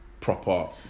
proper